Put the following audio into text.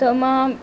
त मां